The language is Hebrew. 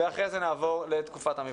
ואחרי זה נעבור לתקופת המבחנים.